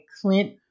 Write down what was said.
Clint